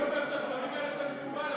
אם אני הייתי אומר את הדברים האלה זה היה מקובל,